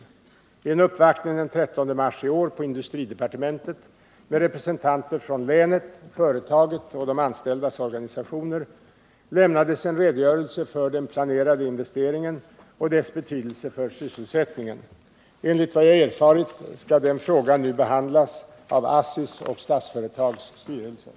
Vid en uppvaktning den 13 mars i år på industridepartementet med representanter från länet, företaget och de anställdas organisationer lämnades en redogörelse för den planerade investeringen och dess betydelse för sysselsättningen. Enligt vad jag har erfarit skall denna fråga nu behandlas av ASSI:s och Statsföretags styrelser.